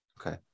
Okay